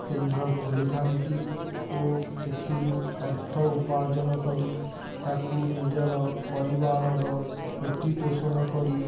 କେନ୍ଦ୍ର ଖୋଲିଥାନ୍ତି ଓ ସେଥିରୁ ଅର୍ଥ ଉପାର୍ଜନ କରି ତାକୁ ନିଜର ପରିବାରର ପ୍ରତିପୋଷଣ କରି